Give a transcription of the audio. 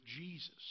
Jesus